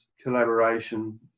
collaboration